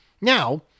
Now